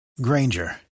Granger